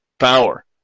power